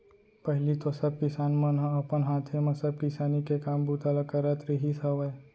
पहिली तो सब किसान मन ह अपन हाथे म सब किसानी के काम बूता ल करत रिहिस हवय